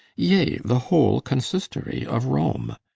yea, the whole consistorie of rome.